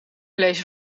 lezen